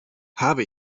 habe